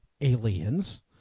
aliens